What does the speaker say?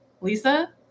Lisa